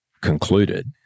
concluded